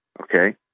okay